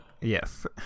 Yes